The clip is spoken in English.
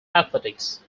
athletics